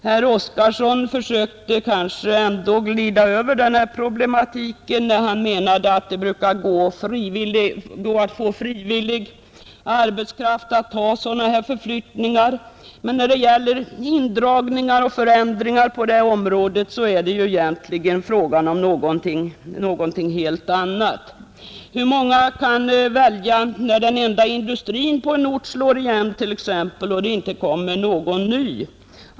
Herr Oskarson försökte glida över problematiken, när han menade att det brukar gå att få frivillig arbetskraft vid förflyttningar, men när det gäller indragningar och förändringar på detta område är det egentligen fråga om något helt annat. Hur många kan t.ex. välja, när den enda industrin på en ort slår igen och det inte kommer någon ny?